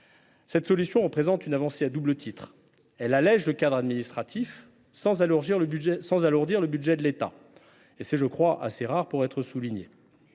Cette solution représente une avancée à double titre : elle allège le cadre administratif sans alourdir le budget de l’État. C’est, je crois, assez rare pour être souligné.